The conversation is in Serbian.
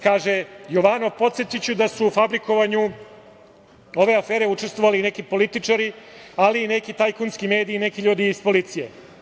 Kaže Jovanov - podsetiću da su u fabrikovanju ove afere učestvovali i neki političari, ali i neki tajkunski mediji i neki ljudi iz policije.